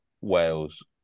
Wales